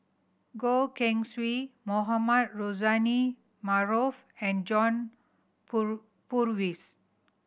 Goh Keng Swee Mohamed Rozani Maarof and John Poor Purvis